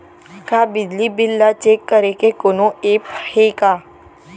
का बिजली बिल ल चेक करे के कोनो ऐप्प हे का?